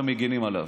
ומגינים עליו.